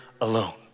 alone